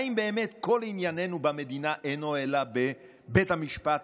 האם באמת כל ענייננו במדינה אינו אלא בבית המשפט?